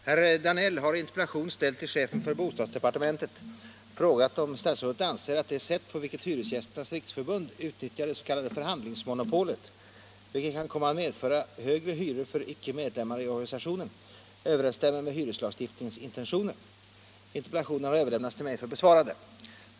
Herr talman! Herr Danell har i interpellation ställd till chefen för bostadsdepartementet frågat om statsrådet anser att det sätt på vilket Hyresgästernas riksförbund utnyttjar det s.k. förhandlingsmonopolet, vilket kan komma att medföra högre hyror för icke-medlemmari organisationen, överensstämmer med hyreslagstiftningens intentioner. Interpellationen har överlämnats till mig för besvarande.